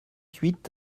huit